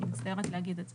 אני מצטערת להגיד את זה.